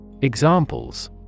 Examples